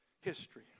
history